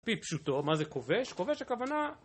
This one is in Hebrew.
כפשוטו, מה זה כובש? כובש הכוונה...